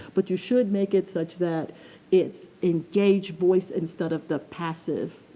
but, you should make it such that its engaged voice instead of the passive.